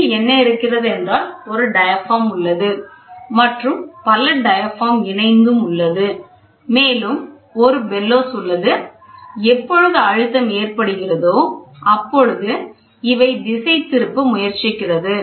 இதில் என்ன இருக்கிறது என்றால் ஒரு டயாபிராம் உள்ளது மற்றும் பல டயாபிராம் இணைந்துள்ளது மேலும் ஒரு பெல்லோஸ் உள்ளது எப்பொழுது அழுத்தம் ஏற்படுகிறதோ அப்பொழுது இவை திசை திருப்ப முயற்சிக்கிறது